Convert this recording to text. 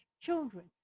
children